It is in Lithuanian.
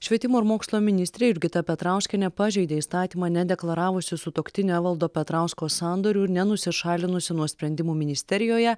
švietimo ir mokslo ministrė jurgita petrauskienė pažeidė įstatymą nedeklaravusi sutuoktinio evaldo petrausko sandorių ir nenusišalinusi nuo sprendimų ministerijoje